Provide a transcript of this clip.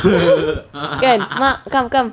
kan mak come come